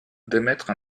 d’émettre